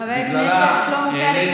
חבר הכנסת שלמה קרעי,